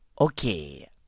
Okay